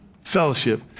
fellowship